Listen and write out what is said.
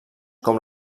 com